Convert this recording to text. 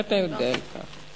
ואתה יודע את זה.